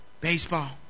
baseball